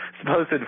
supposed